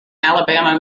alabama